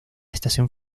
estación